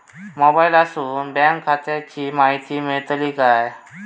मोबाईलातसून बँक खात्याची माहिती मेळतली काय?